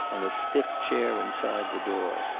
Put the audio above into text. on a stiff chair inside the door.